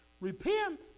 Repent